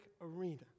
arena